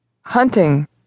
Hunting